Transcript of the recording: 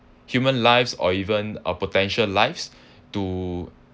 human lives or even uh potential lives to